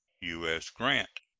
u s. grant.